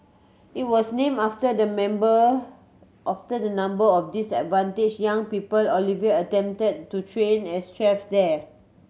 it was name after the member after the number of disadvantage young people Oliver attempted to train as chefs there